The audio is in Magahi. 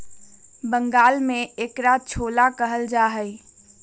बंगाल में एकरा छोला कहल जाहई